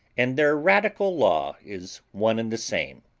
and their radical law is one and the same.